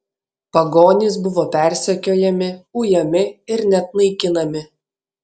pagonys buvo persekiojami ujami ir net naikinami